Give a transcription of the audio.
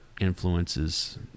influences